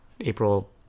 April